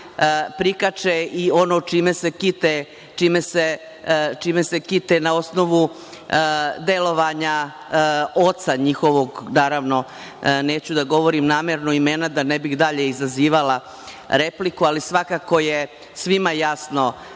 prikače i ono čime se kite na osnovu delovanja oca njihovog. Naravno, neću da govorim namerno imena da ne bih dalje izazivala repliku, ali svakako je svima jasno